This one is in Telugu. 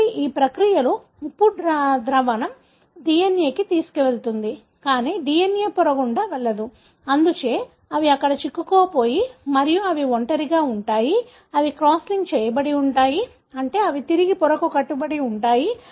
కాబట్టి ఈ ప్రక్రియలో ఉప్పు ద్రావణం DNA ని కూడా తీసుకువెళుతుంది కానీ DNA పొర గుండా వెళ్ళదు అందుచే అవి అక్కడ చిక్కుకుపోయాయి మరియు అవి ఒంటరిగా ఉంటాయి అవి క్రాస్ లింక్ చేయబడి ఉంటాయి అంటే అవి తిరిగి పొరకు కట్టుబడి ఉంటాయి